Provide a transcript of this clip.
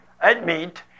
admit